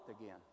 again